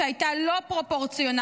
שהייתה לא פרופורציונלית,